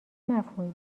مفهومی